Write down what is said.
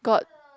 got